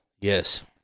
yes